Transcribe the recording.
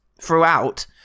throughout